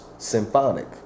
symphonic